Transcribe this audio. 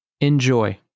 Enjoy